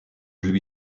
lui